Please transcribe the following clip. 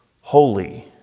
holy